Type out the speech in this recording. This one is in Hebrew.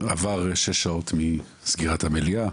עברו שש שעות מסגירת המליאה.